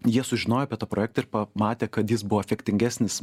jie sužinojo apie tą projektą ir pamatė kad jis buvo efektingesnis